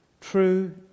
true